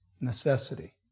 necessity